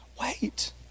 wait